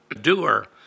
Doer